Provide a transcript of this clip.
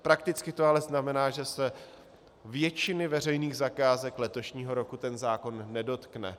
Prakticky to ale znamená, že se většiny veřejných zakázek letošního roku zákon nedotkne.